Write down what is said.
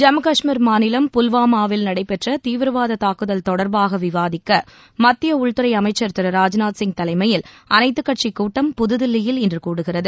ஜம்மு காஷ்மீர் மாநிலம் புல்வாமாவில் நடைபெற்ற தீவிரவாத தாக்குதல் தொடர்பாக விவாதிக்க மத்திய உள்துறை அமைச்சர் திருராஜ்நாத் சிங் தலைமையில் அனைத்துக் கட்சிக் கூட்டம் புதுதில்லியில் இன்று கூடுகிறது